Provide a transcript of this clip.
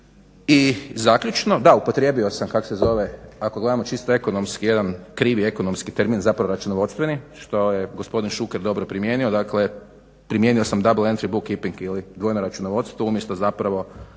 I zaključno, da upotrijebio sam kak se zove ako gledamo čisto ekonomski jedan krivi ekonomski termin zapravo računovodstveni što je gospodin Šuker dobro primijetio, dakle primijenio sam dobule entry book keeping ili dvojno računovodstvo umjesto zapravo